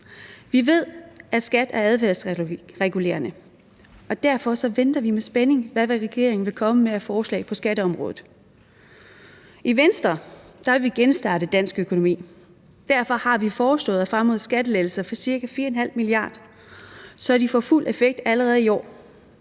Vi ved, at skat er adfærdsregulerende, og derfor venter vi med spænding på, hvad regeringen vil komme med af forslag på skatteområdet. I Venstre vil vi genstarte dansk økonomi. Derfor har vi foreslået at fremrykke skattelettelser for ca. 4,5 mia. kr., så de får fuld effekt allerede i år.